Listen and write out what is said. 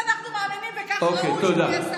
אוקיי, תודה.